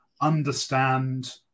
understand